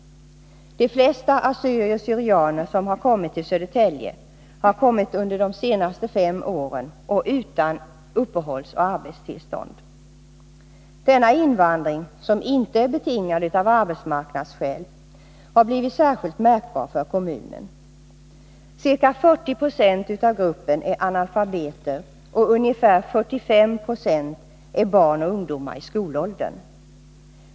De flesta assyrier och syrianer som har kommit till Södertälje har kommit under de senaste fem åren och utan uppehållsoch arbetstillstånd. Denna invandring, som inte är betingad av arbetsmarknadsskäl, har blivit särskilt märkbar för kommunen. Ca 40 96 av gruppen är analfabeter, och ungefär 45 90 är barn och ungdomar i skolåldern.